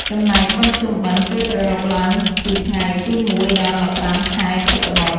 ចំណែកបុណ្យភ្ជុំបិណ្ឌ គេប្រារព្ធឡើងពីថ្ងៃទី ១ ដល់ ១៥ខែភទ្របទ ។